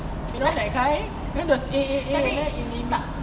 you know that kind then the eh eh eh it mean